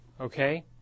Okay